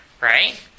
Right